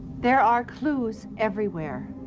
there are clues everywhere,